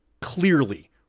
Clearly